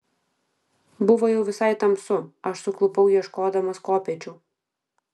buvo jau visai tamsu aš suklupau ieškodamas kopėčių